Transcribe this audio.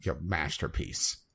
masterpiece